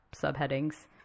subheadings